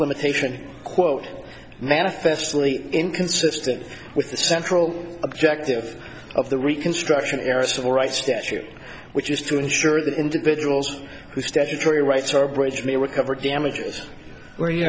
limitation quote manifestly inconsistent with the central objective of the reconstruction era civil rights statute which is to ensure that individuals who statutory rights are british may recover damages where you